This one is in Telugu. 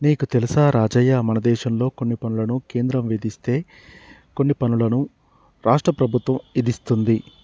నీకు తెలుసా రాజయ్య మనదేశంలో కొన్ని పనులను కేంద్రం విధిస్తే కొన్ని పనులను రాష్ట్ర ప్రభుత్వం ఇదిస్తుంది